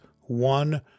one